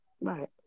right